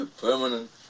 permanent